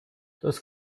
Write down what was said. das